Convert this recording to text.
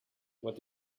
what